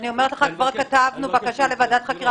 אני אומרת לך שכבר כתבנו בקשה לוועדת חקירה